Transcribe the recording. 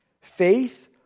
faith